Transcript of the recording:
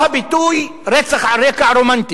או הביטוי "רצח על רקע רומנטי"